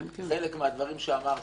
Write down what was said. חלק מהדברים שאמרתי,